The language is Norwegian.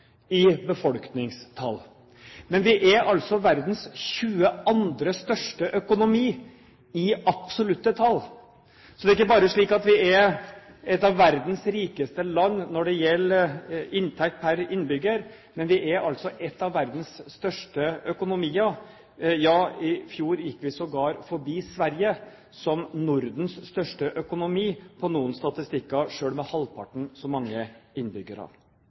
i befolkningstall, men vi er altså verdens 22. største økonomi i absolutte tall. Så det er ikke bare slik at vi er et av verdens rikeste land når det gjelder inntekt pr. innbygger, men vi er altså en av verdens største økonomier. I fjor gikk vi sågar forbi Sverige som Nordens største økonomi på noen statistikker, selv med halvparten så mange innbyggere.